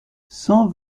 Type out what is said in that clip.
cent